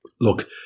look